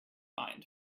mind